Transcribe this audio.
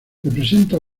representa